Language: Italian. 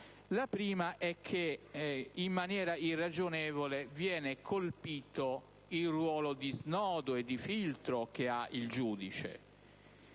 La prima è che in maniera irragionevole viene colpito il ruolo di snodo e di filtro del giudice.